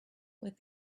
with